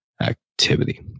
activity